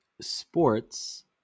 sports